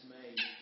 made